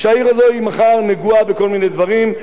כשהעיר הזו מחר נגועה בכל מיני דברים.